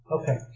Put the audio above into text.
Okay